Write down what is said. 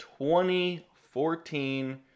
2014